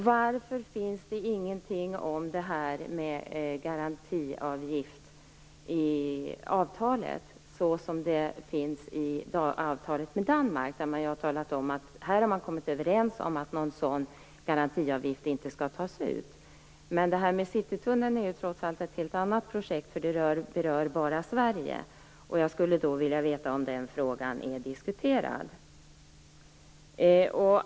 Varför finns det ingenting om garantiavgift i avtalet, så som det gör i avtalet med Danmark? Där har man talat om att man har kommit överens om att någon sådan garantiavgift inte skall tas ut. Citytunneln är trots allt ett helt annat projekt. Det berör bara Sverige. Jag skulle vilja veta om den frågan är diskuterad.